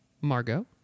Margot